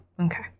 Okay